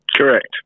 Correct